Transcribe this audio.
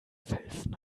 felsen